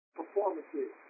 performances